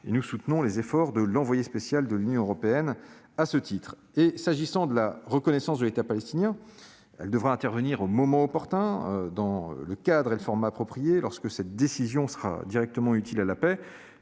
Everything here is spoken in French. nous soutenons les efforts de l'envoyé spécial de l'Union européenne à ce titre. S'agissant de la reconnaissance de l'État palestinien, elle devra intervenir au moment opportun, dans le cadre et le format appropriés, lorsque cette décision sera directement utile à la paix.